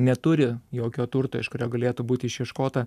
neturi jokio turto iš kurio galėtų būti išieškota